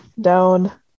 down